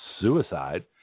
suicide